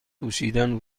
پوشیدن